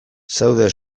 zaude